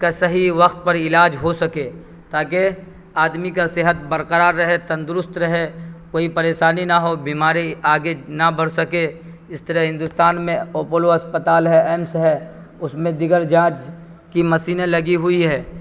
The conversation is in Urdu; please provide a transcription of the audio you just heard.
کا صحیح وقت پر علاج ہو سکے تاکہ آدمی کا صحت برقرار رہے تندرست رہے کوئی پریشانی نہ ہو بیماری آگے نہ بڑھ سکے اس طرح ہندوستان میں اوپولو اسپتال ہے ایمس ہے اس میں دیگر جانچ کی مشینیں لگی ہوئی ہے